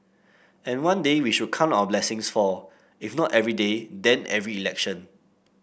and one day we should count our blessings for if not every day then every election